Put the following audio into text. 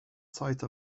site